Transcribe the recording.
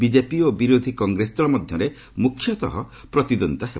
BJP ଓ ବିରୋଧୀ କଂଗ୍ରେସ ଦଳ ମଧ୍ୟରେ ମୁଖ୍ୟତଃ ପ୍ରତିଦ୍ୱନ୍ଦ୍ୱୀତା ହେବ